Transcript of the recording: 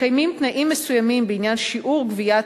מתקיימים תנאים מסוימים בעניין שיעור גביית